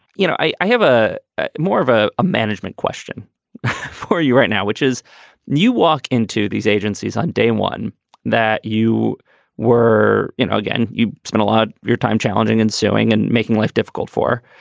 you know, i i have a more of a a management question so for you right now, which is you walk into these agencies on day one that you were you know, again, you spend a lot of your time challenging and suing and making life difficult for.